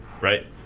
right